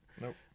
nope